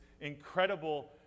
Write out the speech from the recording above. incredible